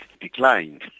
declined